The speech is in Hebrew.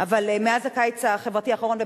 אבל מאז הקיץ החברתי האחרון,